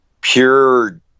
pure